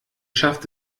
schafft